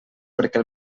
perquè